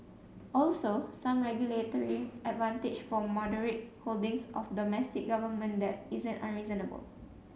also some regulatory advantage for moderate holdings of domestic government debt isn't unreasonable